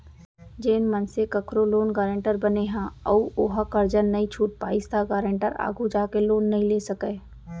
जेन मनसे कखरो लोन गारेंटर बने ह अउ ओहा करजा नइ छूट पाइस त गारेंटर आघु जाके लोन नइ ले सकय